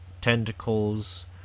tentacles